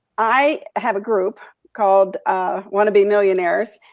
i have a group called ah wannabe millionaires.